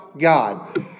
God